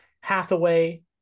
Hathaway